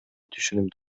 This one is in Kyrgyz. түшүнүп